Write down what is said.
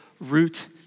root